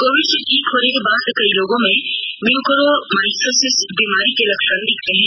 Covid से ठीक होने के बाद कई लोगों में म्यूकोरमाइकोसिस बीमारी के लक्षण दिखते हैं